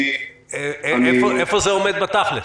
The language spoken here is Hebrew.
איפה זה עומד בתכלס?